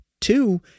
Two